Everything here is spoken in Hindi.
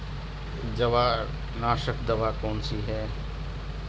जवारनाशक दवा कौन सी है?